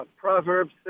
Proverbs